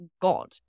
God